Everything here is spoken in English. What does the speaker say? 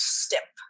step